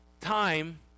time